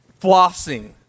flossing